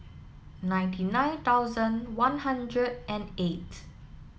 ninety nine thousand one hundred and eight